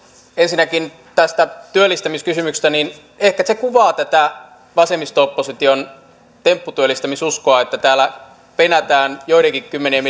ensinnäkin tästä työllistämiskysymyksestä ehkä se kuvaa tätä vasemmisto opposition tempputyöllistämisuskoa että täällä penätään joidenkin kymmenien